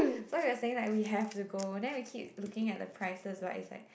so we was thinking like we have to go then we keep looking at the prices right it's like